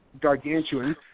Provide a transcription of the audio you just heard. gargantuan